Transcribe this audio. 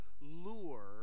lure